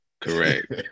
Correct